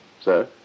Sir